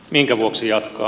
minkä vuoksi jatkaa